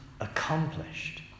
accomplished